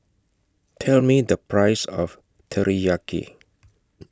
Tell Me The Price of Teriyaki